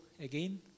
again